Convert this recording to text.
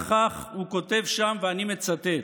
וכך הוא כותב שם, ואני מצטט: